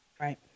Right